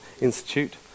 Institute